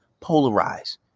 Polarize